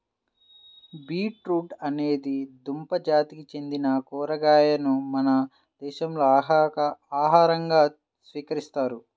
beetroot అనేది దుంప జాతికి చెందిన కూరగాయను మన దేశంలో ఆహారంగా స్వీకరిస్తారు